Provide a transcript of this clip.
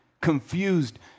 confused